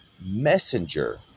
messenger